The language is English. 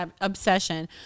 obsession